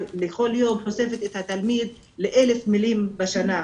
שנה בכל יום חושפת את התלמיד ל-1,000 מילים בשנה.